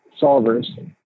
solvers